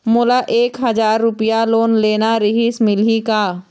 मोला एक हजार रुपया लोन लेना रीहिस, मिलही का?